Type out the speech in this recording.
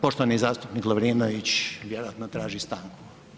Poštovani zastupnik Lovrinović vjerojatno traži stanku.